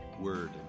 Word